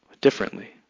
differently